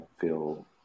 feel